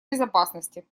безопасности